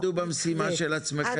לא, שתעמדו במשימה של עצמכם.